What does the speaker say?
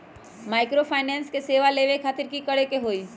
Microfinance के सेवा लेबे खातीर की करे के होई?